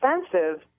expensive